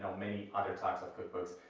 many other types of cookbooks,